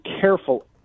careful